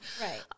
Right